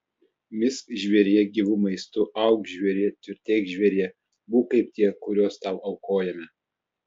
misk žvėrie gyvu maistu auk žvėrie tvirtėk žvėrie būk kaip tie kuriuos tau aukojame